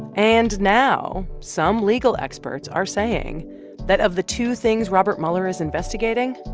and now, some legal experts are saying that of the two things robert mueller is investigating,